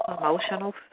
emotional